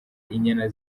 inyana